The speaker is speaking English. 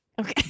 Okay